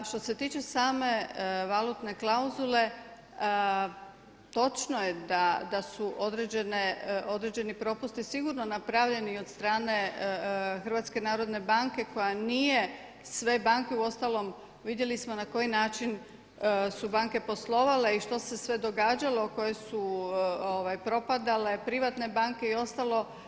Što se tiče same valutne klauzule, točno je da su određeni propusti sigurno napravljeni i od strane HNB-a koja nije sve banke, uostalom vidjeli smo na koji način su banke poslovale i što se sve događalo, koje su propadale privatne banke i ostalo.